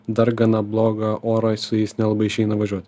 darganą blogą orą su jais nelabai išeina važiuot